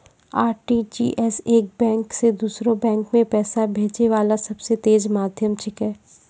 RTGS एक bank से दोसरो बैंक मे पैसा भेजै वाला सबसे तेज माध्यम छिकै